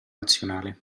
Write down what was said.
nazionale